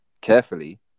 carefully